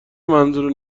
منظور